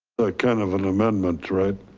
kind of an amendment, right?